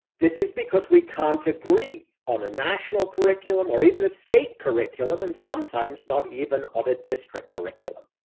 this is because we can't agree on a national curriculum or even a state curriculum. and sometimes not even on a district curriculum.